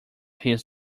his